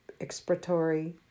expiratory